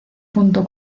punto